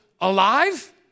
alive